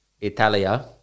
Italia